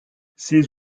ces